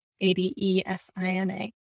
a-d-e-s-i-n-a